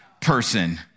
person